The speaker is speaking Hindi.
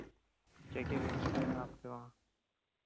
क्या क्या व्यवस्था है आपके वहाँ